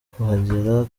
kuhagera